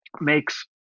makes